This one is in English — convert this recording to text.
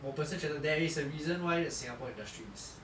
我本身觉得 there is a reason why the singapore industry is